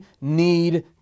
need